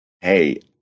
Hey